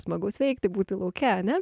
smagaus veikti būti lauke ane